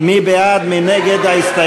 מי בעד ההסתייגות?